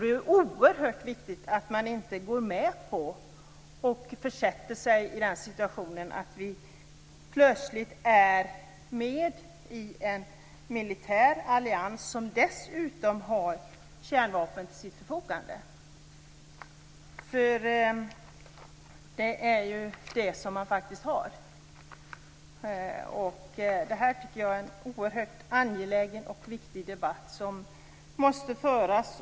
Det är oerhört viktigt att man inte försätter sig i den situationen att man plötsligt är med i en militär allians som dessutom har kärnvapen till sitt förfogande, vilket man faktiskt har. Det här är en debatt som är oerhört viktig att föra.